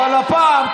אבל הפעם,